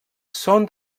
són